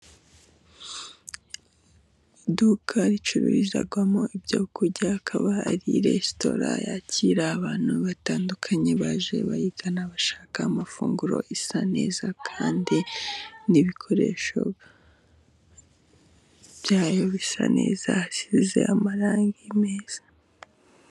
Iduka ricururizwamo ibyo kurya, hakaba hari resitora yakira abantu batandukanye baje bayigana, bashaka amafunguro. Isa neza, kandi n'ibikoresho byayo bisa neza hasize amarangi meza.